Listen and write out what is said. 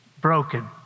broken